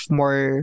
more